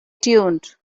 tuned